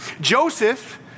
Joseph